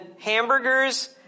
hamburgers